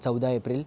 चौदा एप्रिल